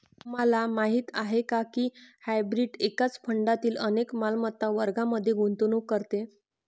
तुम्हाला माहीत आहे का की हायब्रीड एकाच फंडातील अनेक मालमत्ता वर्गांमध्ये गुंतवणूक करते?